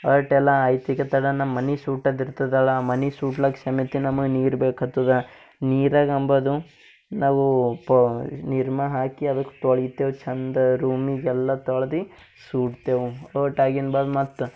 ಅರ್ಟೆಲಾ ಐತಿಕೆ ತಡ ನಮ್ಮ ಮನೆ ಸೂಟದಿರ್ತದಲ ಮನೆ ಸೂಟ್ಲಕ್ಕ ಸಮೇತ ನಮಗೆ ನೀರು ಬೇಕ್ಹತ್ತದ ನೀರಾಗ ಅಂಬದು ನಾವು ಪ ನಿರ್ಮ ಹಾಕಿ ಅದಕ್ಕೆ ತೊಳಿತೆವೆ ಚಂದ ರೂಮಿಗೆಲ್ಲ ತೊಳ್ದು ಸೂಟ್ತೆವು ಓಟಾಗಿಂದ ಬಾದ್ ಮತ್ತೆ